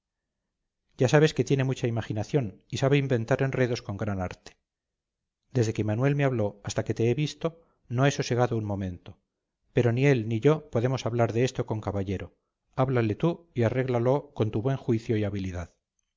ya sabes que tiene mucha imaginación y sabe inventar enredos con gran arte desde que manuel me habló hasta que te he visto no he sosegado un momento pero ni él ni yo podemos hablar de esto con caballero háblale tú y arréglalo con tu buen juicio y habilidad